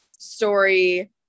story